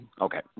okay